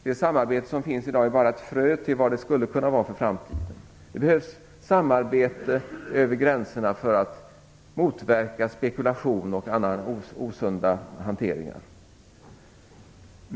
Det samarbete som finns i dag är bara ett frö till det vad det skulle kunna vara i framtiden. Det behövs samarbete över gränserna för att motverka spekulationer och annan osund hantering.